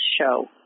show